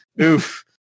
oof